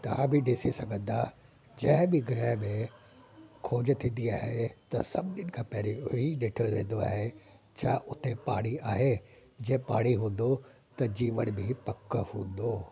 ऐं तव्हां बि ॾिसी सघंदा जंहिं बि ग्रह में खोज थींदी आहे त सभिनीनि खां पहिरियूं उहो ई ॾिठो वेंदो आहे छा उते पाणी आहे जंहिं पाणी हूंदो त जीवण बि पक हूंदो